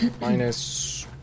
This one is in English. minus